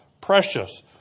precious